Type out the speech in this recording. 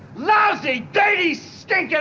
lousy, dirty, stinking